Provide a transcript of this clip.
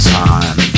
time